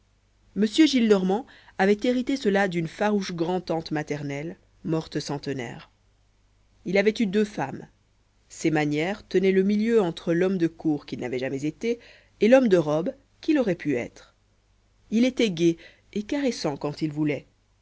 m gillenormand avait hérité cela d'une farouche grand'tante maternelle morte centenaire il avait eu deux femmes ses manières tenaient le milieu entre l'homme de cour qu'il n'avait jamais été et l'homme de robe qu'il aurait pu être il était gai et caressant quand il voulait